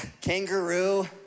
kangaroo